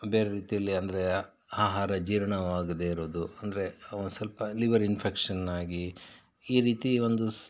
ಬೇರೆ ರೀತಿಯಲ್ಲಿ ಅಂದರೆ ಆಹಾರ ಜೀರ್ಣವಾಗದೆ ಇರೋದು ಅಂದರೆ ಅವರು ಸ್ವಲ್ಪ ಲಿವರ್ ಇನ್ಫೆಕ್ಷನ್ ಆಗಿ ಈ ರೀತಿ ಒಂದು